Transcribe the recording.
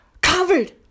Covered